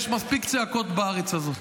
יש מספיק צעקות בארץ הזו.